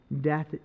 death